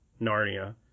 Narnia